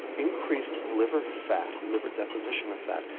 increased liver fat, liver deposition of fat,